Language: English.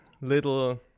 little